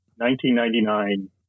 1999